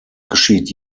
geschieht